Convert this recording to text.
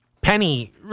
Penny